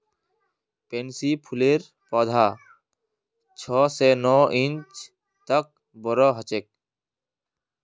pansy फूलेर पौधा छह स नौ इंच तक बोरो ह छेक